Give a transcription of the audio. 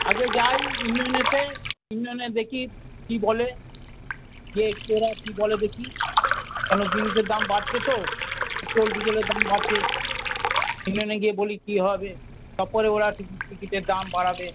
আগে যাই ইউনিয়নেতে ইউনিয়নে দেখি কী বলে যে ওরা কী বলে দেখি কেন জিনিসের দাম বাড়ছে তো পেট্রোল ডিজেলের দাম বাড়ছে ইউনিয়নে গিয়ে বলি কী হবে তাপরে ওরা কিছু টিকিটের দাম বাড়াবে